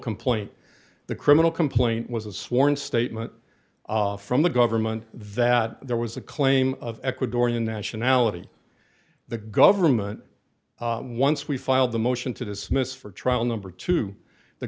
complaint the criminal complaint was a sworn statement from the government that there was a claim of ecuadorian nationality the government once we filed the motion to dismiss for trial number two the